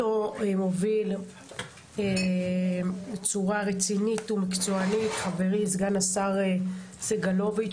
אותה מוביל בצורה רצינית ומקצוענית חברי סגן השר סגלוביץ'.